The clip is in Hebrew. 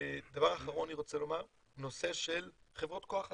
דבר אחרון אני רוצה לומר לגבי הנושא של חברות כח אדם.